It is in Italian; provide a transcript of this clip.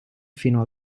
fino